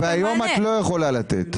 והיום את לא יכולה לתת.